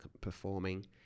performing